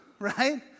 right